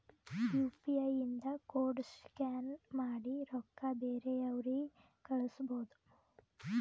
you P I ಇಂದ code scan ಮಾಡಿ ರೊಕ್ಕಾ ಬೇರೆಯವ್ರಿಗಿ ಕಳುಸ್ಬೋದ್